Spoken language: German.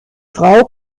frau